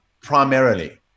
primarily